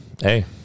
hey